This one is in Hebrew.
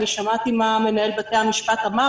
שמעתי מה מנהל בתי המשפט אמר.